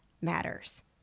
matters